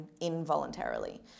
involuntarily